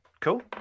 cool